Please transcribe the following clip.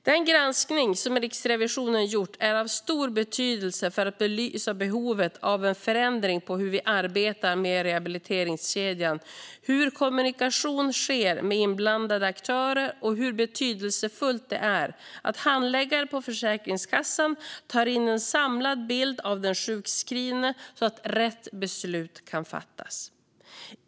Den granskning som Riksrevisionen gjort är av stor betydelse för att belysa behovet av en förändring av hur vi arbetar med rehabiliteringskedjan, hur kommunikationen sker med inblandade aktörer och hur betydelsefullt det är att handläggare på Försäkringskassan tar in en samlad bild av den sjukskrivne så att rätt beslut kan fattas.